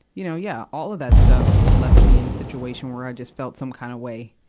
you know, yeah. all of that stuff left me in a situation where i just felt some kind of way.